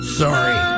sorry